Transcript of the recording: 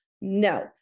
no